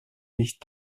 dich